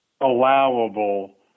allowable